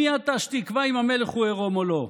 מי אתה שתקבע אם המלך הוא עירום או לא?